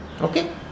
Okay